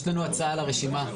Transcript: יש לנו הצעה לרשימה.